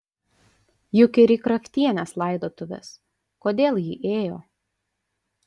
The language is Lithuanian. juk ir į kraftienės laidotuvės kodėl ji ėjo